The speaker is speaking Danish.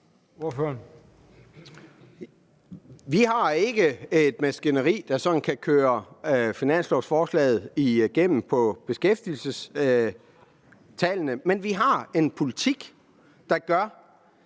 Vi har ikke et maskineri, der sådan kan køre finanslovsforslaget igennem på beskæftigelsestallene, men vi har en politik, der gør,